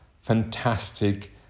fantastic